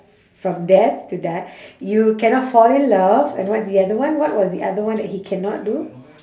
from death to you cannot fall in love and what's the other one what was the other one that he cannot do